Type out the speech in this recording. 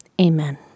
Amen